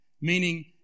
meaning